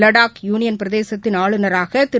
Ladakh union பிரதேசத்தின் ஆளுநராகதிரு